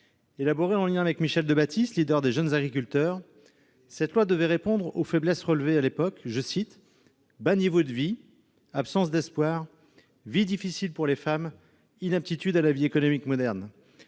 Élaborée en lien avec Michel Debatisse, leader des jeunes agriculteurs, cette loi devait répondre aux faiblesses relevées à l'époque :« bas niveau de vie, absence d'espoir, vie difficile pour les femmes, inaptitude à la vie économique moderne ».